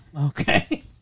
okay